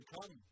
Come